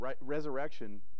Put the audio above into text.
resurrection